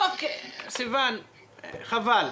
אוקיי, סיוון, חבל.